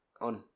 on